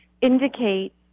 indicate